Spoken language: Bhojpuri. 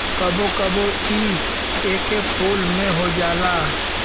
कबो कबो इ एके फूल में हो जाला